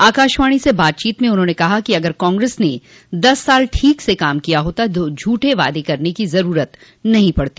आकाशवाणी से बातचीत में उन्होंने कहा कि अगर कांग्रेस ने दस साल ठीक से काम किया होता तो झूठे वायदे करने की जरूरत नहीं थी